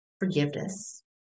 forgiveness